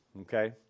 Okay